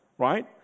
Right